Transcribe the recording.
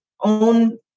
own